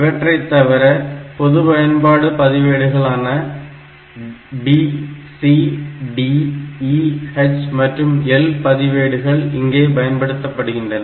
இவற்றைத் தவிர பொது பயன்பாடு பதிவேடுகளான B C D E H மற்றும் L பதிவேடுகள் இங்கே பயன்படுத்தப்படுகின்றன